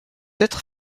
être